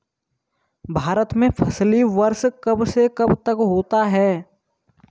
भारत में फसली वर्ष कब से कब तक होता है?